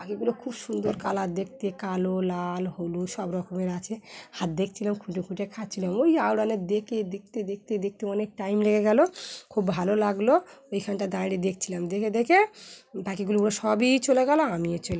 পাখিগুলো খুব সুন্দর কালার দেখতে কালো লাল হলুদ সব রকমের আছে হাত দেখছিলাম খুঁটে খুঁটে খাচ্ছিলাম ওই আওড়ানে দেখে দেখতে দেখতে দেখতে অনেক টাইম লেগে গেলো খুব ভালো লাগলো ওইখানটা দাঁড়িয়ে দেখছিলাম দেখে দেখে পাখিগুলোগুলো সবই চলে গেলো আমিও চলোম